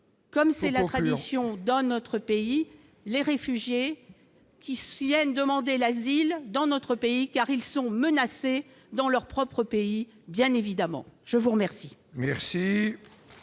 Comme c'est la tradition dans notre pays, les réfugiés qui chilienne demander l'asile dans notre pays, car ils sont menacés dans leur propre pays, bien évidemment, je vous remercie.